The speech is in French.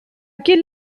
quel